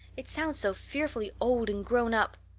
it sounds so fearfully old and grown up.